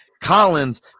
Collins